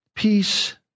Peace